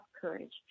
courage